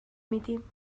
میدیم